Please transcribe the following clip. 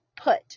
put